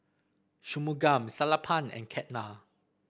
Shunmugam Sellapan and Ketna